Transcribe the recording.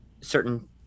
certain